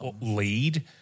lead